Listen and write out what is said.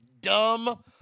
dumb